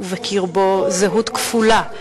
זהות כפולה,